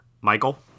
Michael